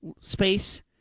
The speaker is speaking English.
space